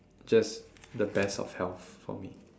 just the best of health for me